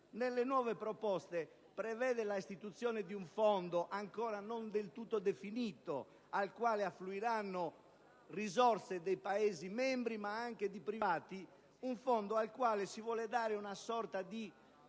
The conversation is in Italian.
nelle nuove proposte è prevista l'istituzione di un fondo, ancora non del tutto definito, al quale affluiranno risorse dei Paesi membri, ma anche di privati: un fondo al quale si vuole dare una sorta di